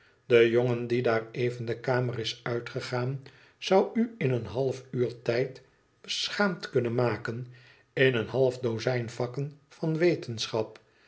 de jongen die daar even de kamer is uitgegaan zou u in een half uur tijds beschaamd kunnen maken in een half dozijn vakken van wetenschap